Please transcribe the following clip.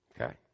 Okay